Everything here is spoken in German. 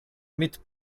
mit